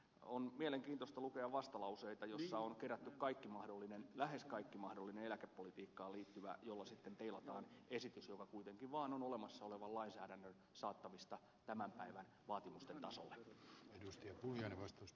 on mielenkiintoista lukea vastalauseita joihin on kerätty lähes kaikki mahdollinen eläkepolitiikkaan liittyvä ja sillä sitten teilataan esitys joka kuitenkin vaan on olemassa olevan lainsäädännön saattamista tämän päivän vaatimusten tasolle